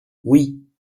oui